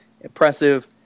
impressive